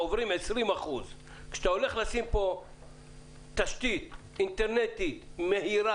עוברים 20%. כשאתה הולך לשים פה תשתית אינטרנטית מהירה,